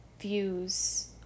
views